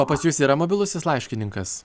o pas jus yra mobilusis laiškininkas